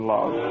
Love